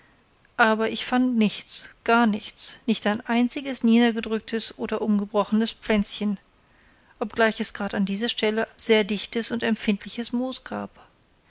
aber ich fand nichts gar nichts nicht ein einziges niedergedrücktes oder umgebrochenes pflänzchen obgleich es grad an dieser stelle sehr dichtes und empfindliches moos gab